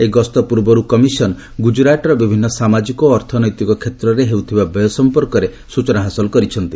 ଏହି ଗସ୍ତ ପୂର୍ବରୁ କମିଶନ ଗୁଜରାଟର ବିଭିନ୍ନ ସାମାଜିକ ଓ ଅର୍ଥନୈତିକ କ୍ଷେତ୍ରରେ ହେଉଥିବା ବ୍ୟୟ ସମ୍ପର୍କରେ ସୂଚନା ହାସଲ କରିଛନ୍ତି